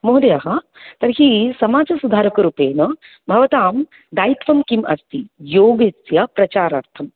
महोदय तर्हि समाजसुधारकरूपेण भवतां दायित्वं किम् अस्ति योगस्य प्रचारार्थम्